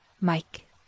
Mike